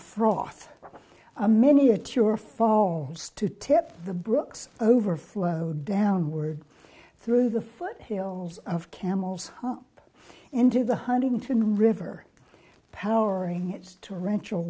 froth a miniature falls to tip the brooks overflow downward through the foothills of camel's hump into the huntington river powering its torrential